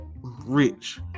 rich